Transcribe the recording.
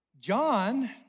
John